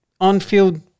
on-field –